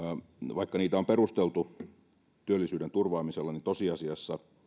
vaikka näitä yritystukia on perusteltu nimenomaan työllisyyden turvaamisella niin tosiasiassa